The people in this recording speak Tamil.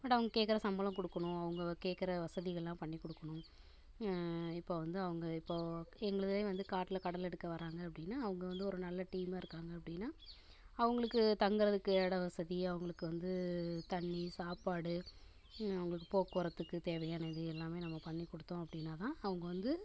பட் அவங்க கேக்கிற சம்பளம் குடுக்கணும் அவங்க கேக்கிற வசதிகள்லாம் பண்ணிக் குடுக்கணும் இப்போ வந்து அவங்க இப்போது எங்களுதே வந்து காட்டில் கடலை எடுக்க வராங்க அப்படின்னா அவங்க வந்து ஒரு நல்ல டீமா இருக்காங்க அப்படின்னா அவங்களுக்கு தங்குறதுக்கு இடம் வசதி அவங்களுக்கு வந்து தண்ணி சாப்பாடு அவங்களுக்கு போக்குவரத்துக்கு தேவையான இது எல்லாமே நம்ம பண்ணிக் கொடுத்தோம் அப்படின்னா தான் அவங்க வந்து